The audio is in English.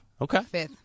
Okay